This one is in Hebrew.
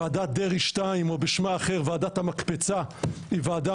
ועדת דרעי 2 או בשמה האחר ועדת המקפצה היא ועדה